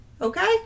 Okay